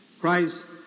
Christ